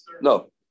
no